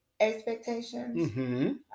Expectations